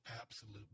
absolute